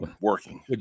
working